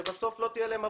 בסוף לא תהיה להם עבודה.